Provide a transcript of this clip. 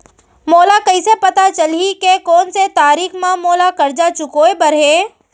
मोला कइसे पता चलही के कोन से तारीक म मोला करजा चुकोय बर हे?